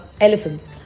elephants